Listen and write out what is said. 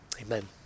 Amen